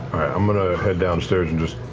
i'm going to head downstairs and just,